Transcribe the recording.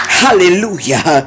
hallelujah